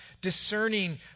discerning